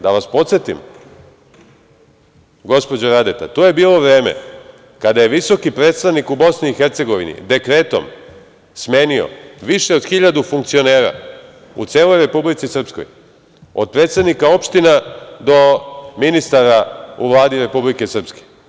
Da vas podsetim, gospođo Radeta, to je bilo vreme kada je visoki predstavnik u BiH dekretom smenio više od hiljadu funkcionera u celoj Republici Srpskoj, od predsednika opština do ministara u Vladi Republike Srpske.